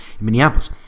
Minneapolis